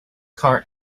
car